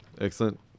Excellent